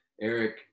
Eric